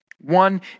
One